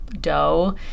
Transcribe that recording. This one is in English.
dough